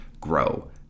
grow